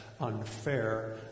unfair